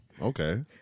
okay